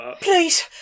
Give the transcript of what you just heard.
please